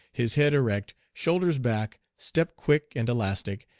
his head erect, shoulders back, step quick and elastic,